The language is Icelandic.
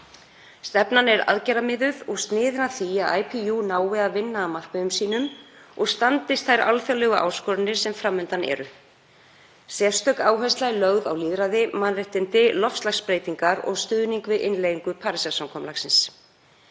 Stefnan er aðgerðamiðuð og sniðin að því að sambandið nái að vinna að markmiðum sínum og standast þær alþjóðlegu áskoranir sem fram undan eru. Sérstök áhersla er lögð á lýðræði, mannréttindi, loftslagsbreytingar og stuðning við innleiðingu Parísarsamkomulagsins.